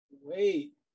Wait